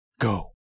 Go